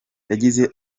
yagize